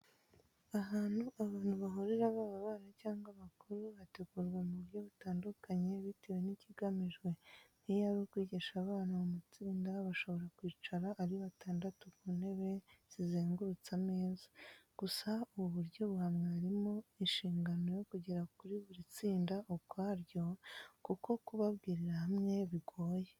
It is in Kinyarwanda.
Ahantu abantu bahurira baba abana cyangwa abakuru, hategurwa mu buryo butandukanye bitewe n'ikigamijwe; nk'iyo ari ukwigisha abana mu matsinda, bashobora kwicara ari batandatu ku ntebe zizengurutse ameza; gusa ubu buryo buha mwarimu ishingano yo kugera kuri buri tsinda ukwaryo, kuko kubabwirira hamwe bigoye.